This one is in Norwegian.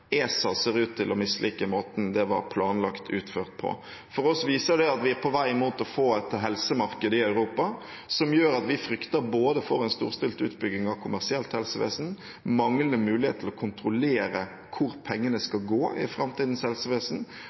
ESA ser ut til å mislike måten det var planlagt utført på. For oss viser det at vi er på vei mot å få et helsemarked i Europa som gjør at vi frykter for både en storstilt utbygging av kommersielt helsevesen, manglende mulighet til å kontrollere hvor pengene skal gå i framtidens helsevesen,